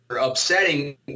upsetting